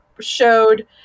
showed